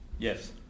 Yes